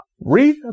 read